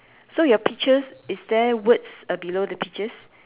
so your peaches is there words uh below the peaches